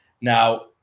now